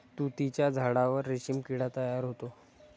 तुतीच्या झाडावर रेशीम किडा तयार होतो